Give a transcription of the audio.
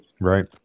Right